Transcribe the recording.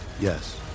Yes